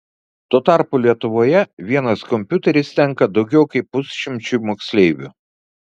tuo tarpu lietuvoje vienas kompiuteris tenka daugiau kaip pusšimčiui moksleivių